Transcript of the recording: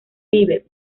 vives